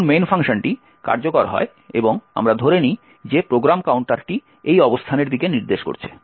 যখন মূল ফাংশনটি কার্যকর হয় এবং আমরা ধরে নিই যে প্রোগ্রাম কাউন্টারটি এই অবস্থানের দিকে নির্দেশ করছে